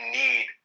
need